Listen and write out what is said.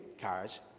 cars